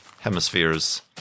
Hemispheres